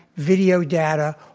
video data,